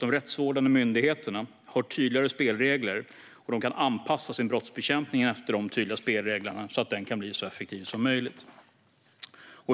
De rättsvårdande myndigheterna har då tydligare spelregler som de kan anpassa sin brottsbekämpning efter, så att den kan bli så effektiv som möjligt.